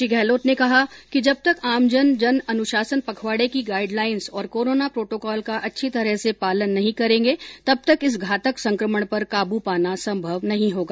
श्री गहलोत ने कहा कि जब तक आमजन जन अनुशासन पखवाड़े की गाइडलाइंस और कोरोना प्रोटोकॉल का अच्छी तरह से पालन नहीं करेंगे तब तक इस घातक संक्रमण पर काबू पाना संभव नहीं होगा